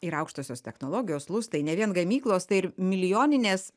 ir aukštosios technologijos lustai ne vien gamyklos tai ir milijoninės